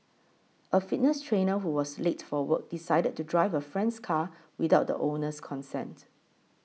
a fitness trainer who was late for work decided to drive a friend's car without the owner's consent